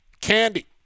Candy